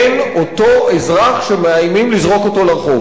אותו אזרח שמאיימים לזרוק אותו לרחוב,